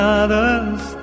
others